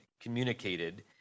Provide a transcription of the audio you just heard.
communicated